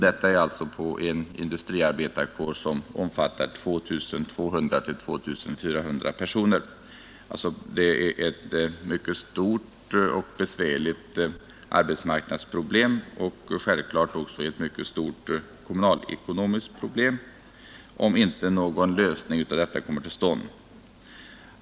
Detta alltså bland en industriarbetarkår som omfattar 2 200—2 400 personer. Det är ett mycket stort och besvärligt arbetsmarknadsproblem och självfallet även ett mycket stort kommunalekonomiskt problem om inte en lösning kommer till stånd.